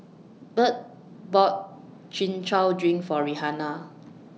Burt bought Chin Chow Drink For Rihanna